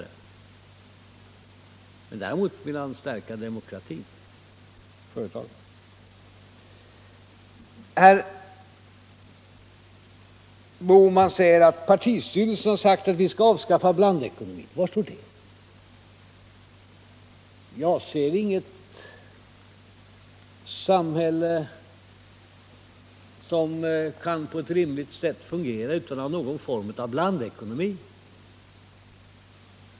Däremot ville man på kongressen stärka demokratin i företagen. Herr Bohman sade att partistyrelsen anfört att vi skall avskaffa blandekonomin. Var står det skrivet? Jag ser inget samhälle som på ett rimligt sätt kan fungera utan att ha någon form av blandekonomi.